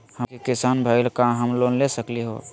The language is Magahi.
हमनी के किसान भईल, का हम लोन ले सकली हो?